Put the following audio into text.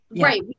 Right